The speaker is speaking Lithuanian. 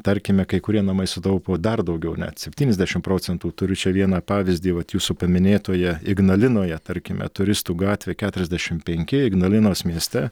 tarkime kai kurie namai sutaupo dar daugiau net septyniasdešim procentų turiu čia vieną pavyzdį vat jūsų paminėtoje ignalinoje tarkime turistų gatvė keturiasdešim penki ignalinos mieste